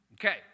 Okay